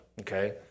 Okay